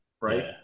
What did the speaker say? right